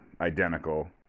identical